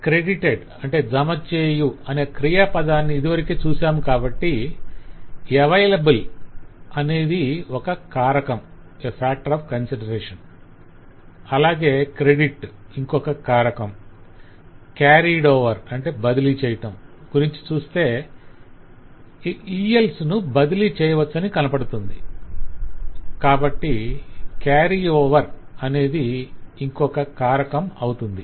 "credited" జమ చేయు అనే క్రియాపదాన్ని ఇదివరకే చూసాము కాబట్టి "available" అనేది ఒక కారకం అలాగే "credit" జమ ఇంకొక కారకం "carried over" బదిలీ చేయు గురించి చూస్తే ELs ను బదిలీ చేయవచ్చని కనపడుతుంది కాబట్టి "carry over" బదిలీ చేయటం అనేది ఇంకొక కారకం అవుతుంది